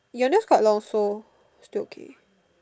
your neck is quite long also still okay